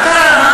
מה קרה?